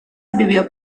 vivió